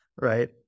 Right